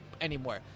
anymore